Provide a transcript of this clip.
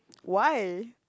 why